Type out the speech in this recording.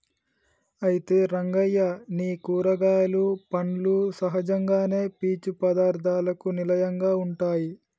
అయితే రంగయ్య నీ కూరగాయలు పండ్లు సహజంగానే పీచు పదార్థాలకు నిలయంగా ఉంటాయి